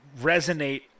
resonate